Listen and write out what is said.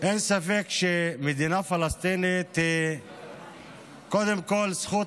אין ספק שמדינה פלסטינית היא קודם כול זכות